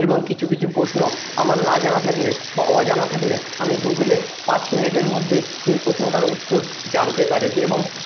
এবং কিছু কিছু প্রশ্ন আমার না জানা থাকলে বা অজানা থাকলে আমি গুগলে পাঁচ মিনিটের মধ্যেই সেই প্রশ্নটার উত্তর জানতে পারি এবং